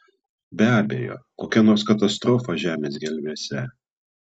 be abejo kokia nors katastrofa žemės gelmėse